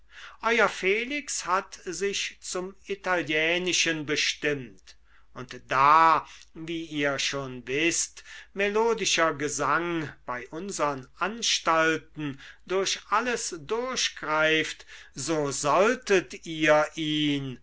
euer felix hat sich zum italienischen bestimmt und da wie ihr schon wißt melodischer gesang bei unsern anstalten durch alles durchgreift so solltet ihr ihn